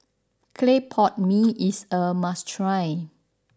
Clay Pot Mee is a must try